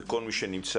וכל מי שנמצא,